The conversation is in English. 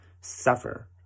suffer